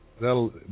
that'll